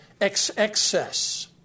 excess